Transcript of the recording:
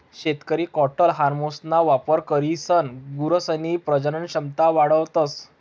शेतकरी कॅटल हार्मोन्सना वापर करीसन गुरसनी प्रजनन क्षमता वाढावतस